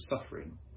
suffering